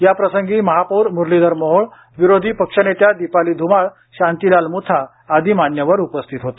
याप्रसंगी महापौर मुरलीधर मोहोळ विरोधी पक्षनेत्या दीपाली धुमाळ शांतीलाल मुथ्था आदी उपस्थित होते